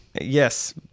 yes